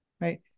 right